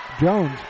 Jones